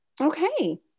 Okay